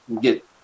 get